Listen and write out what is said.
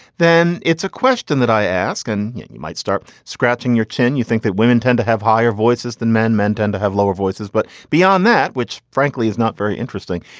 then it's a question that i ask and you might start scratching your chin. you think that women tend to have higher voices than men? men tend to have lower voices. but beyond that, which frankly is not very interesting,